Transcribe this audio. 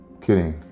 Kidding